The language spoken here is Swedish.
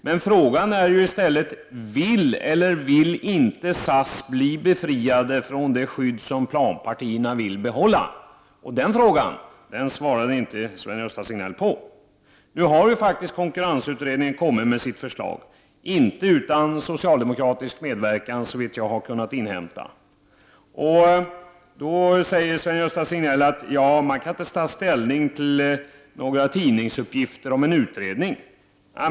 Men frågan är: Vill eller vill SAS inte bli befriat från det skydd som planpartierna vill behålla? Den frågan svarade inte Sven-Gösta Signell på. Nu har konkurrensutredningen kommit med sitt förslag — inte utan socialdemokratisk medverkan, såvitt jag har kunnat inhämta. Så säger Sven-Gösta Signell att man inte kan ta ställning till några tidningsuppgifter kring en utredning.